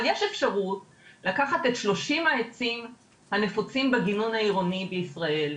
אבל יש אפשרות לקחת את 30 העצים הנפוצים בגינון העירוני בישראל,